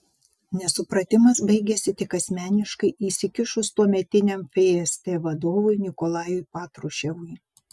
nesupratimas baigėsi tik asmeniškai įsikišus tuometiniam fst vadovui nikolajui patruševui